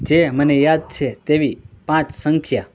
જે મને યાદ છે તેવી પાંચ સંખ્યા